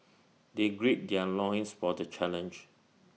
they gird their loins for the challenge